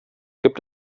gibt